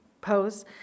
pose